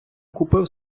купив